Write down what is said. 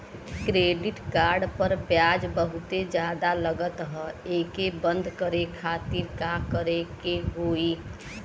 Credit card पर ब्याज बहुते ज्यादा लगत ह एके बंद करे खातिर का करे के होई?